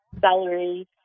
celery